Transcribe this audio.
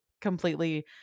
completely